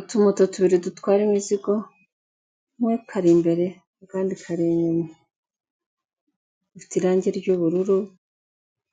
Utumoto tubiri dutwara imizigo, kamwe kari imbere, kandi kari inyuma. Ifite irangi ry'ubururu,